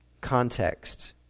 context